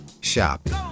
shopping